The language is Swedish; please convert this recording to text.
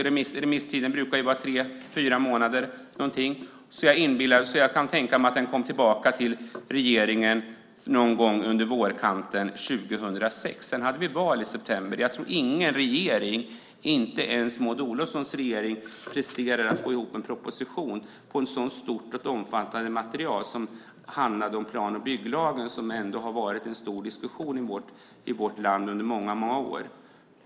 Remisstiden brukar vara tre fyra månader, så jag kan tänka mig att den kom tillbaka till regeringen någon gång på vårkanten 2006. Sedan hade vi val i september. Jag tror inte att någon regering, inte ens Maud Olofssons regering, på ett par månader presterar att få ihop en proposition på ett så stort och omfattande material som plan och bygglagen, som det ju har varit en så stor diskussion om i vårt land under många år.